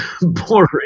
boring